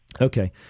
Okay